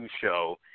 show